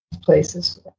places